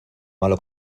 malo